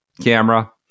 camera